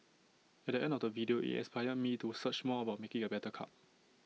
at the end of the video IT inspired me to search more about making A better cup